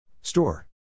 Store